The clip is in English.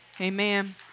Amen